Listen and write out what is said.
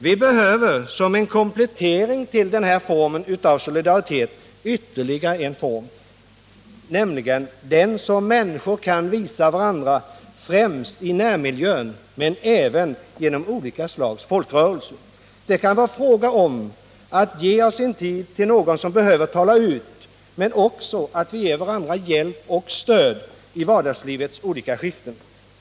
Vi behöver som en komplettering till denna form av solidaritet ytterligare en form, nämligen den som människor kan visa varandra främst i närmiljön men även genom olika slags folkrörelser. Det kan vara fråga om att ge av sin tid till någon som behöver tala ut men också att vi ger varandra hjälp och stöd i vardagslivets olika skiften.